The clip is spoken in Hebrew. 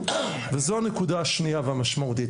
וזו הנקודה השנייה והמשמעותית,